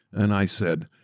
and i said,